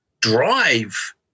drive